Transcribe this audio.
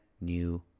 new